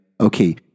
Okay